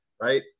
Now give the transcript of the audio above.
Right